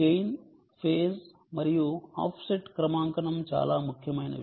gain phase మరియు offset క్రమాంకనం చాలా ముఖ్యమైనవి